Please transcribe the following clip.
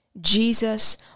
Jesus